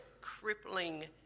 crippling